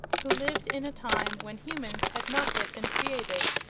who lived in a time when humans had not yet been created.